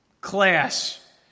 class